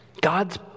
God's